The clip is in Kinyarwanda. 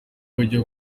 ujya